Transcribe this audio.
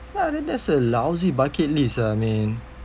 ya then that's a lousy bucket list ah min